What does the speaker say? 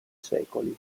secoli